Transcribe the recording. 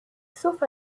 sauf